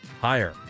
Higher